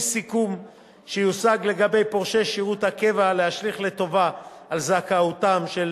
סיכום שיושג לגבי פורשי שירות הקבע להשליך לטובה גם על זכאותם של